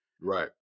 Right